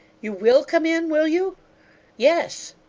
you will come in, will you yes.